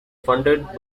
funded